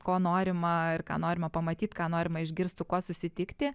ko norima ir ką norima pamatyt ką norima išgirst su kuo susitikti